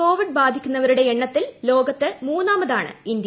Covid ബാധിക്കുന്നവരുടെ എണ്ണത്തിൽ ലോകത്ത് മൂന്നാമതാണ് ഇന്ത്യ